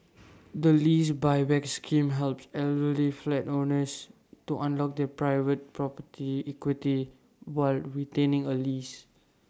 the lease Buyback scheme helps elderly flat owners to unlock their private property's equity while retaining A lease